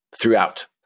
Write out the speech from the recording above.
throughout